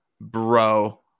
bro